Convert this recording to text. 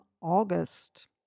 August